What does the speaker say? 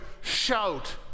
shout